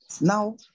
Now